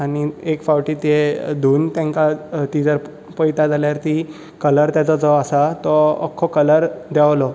आनी एक फावटी ते धुंवून तेंकां ती जर पळयता जाल्यार ती कलर ताचो जो आसा तो आख्खो कलर देंवलो